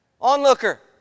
onlooker